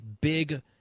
big